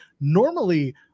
normally